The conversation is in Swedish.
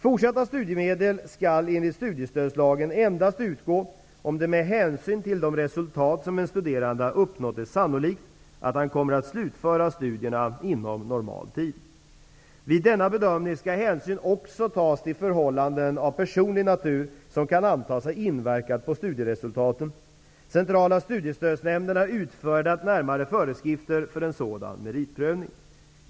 Fortsatta studiemedel skall enligt studiestödslagen endast utgå om det med hänsyn till de resultat som en studerande har uppnått är sannolikt, att han kommer att slutföra studierna inom normal tid. Vid denna bedömning skall hänsyn också tas till förhållanden av personlig natur som kan antas ha inverkat på studieresultaten. Centrala studiestödsnämnden har utfärdat närmare föreskrifter för en sådan meritprövning.